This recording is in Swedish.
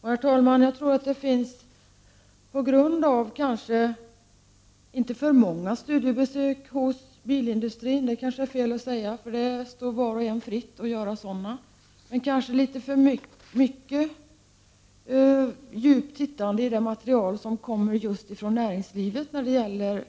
Det vore kanske fel att säga att det har gjorts för många studiebesök hos bilindustrin — det står var och en fritt att göra sådana — men kanske har man tittat litet för djupt i det material som kommer från näringslivet om